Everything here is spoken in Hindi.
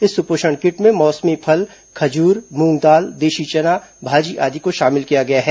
इस सुपोषण किट में मौसमी फल खजूर मूंगदाल देशी चना भाजी आदि को शामिल किया गया है